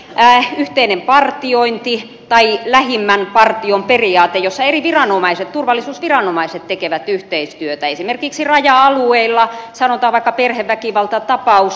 esimerkiksi tuo yhteinen partiointi tai lähimmän partion periaate jossa eri viranomaiset turvallisuusviranomaiset tekevät yhteistyötä esimerkiksi raja alueilla sanotaan vaikka perheväkivaltatapaus